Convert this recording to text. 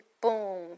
boom